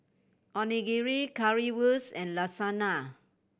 Onigiri Currywurst and Lasagna